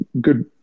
good